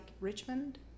Richmond